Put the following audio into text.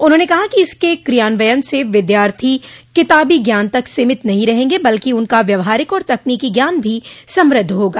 उन्होंने कहा कि इसके क्रियान्वयन से विद्यार्थी किताबी ज्ञान तक सीमित नहीं रहेंगे बल्कि उनका व्यवहारिक और तकनीकी ज्ञान भी समृद्ध होगा